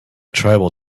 tribal